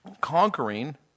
conquering